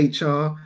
HR